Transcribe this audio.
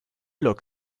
look